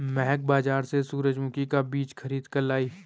महक बाजार से सूरजमुखी का बीज खरीद कर लाई